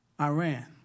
Iran